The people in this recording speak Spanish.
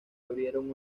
abrieron